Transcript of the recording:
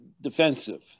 defensive